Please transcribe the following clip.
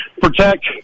protect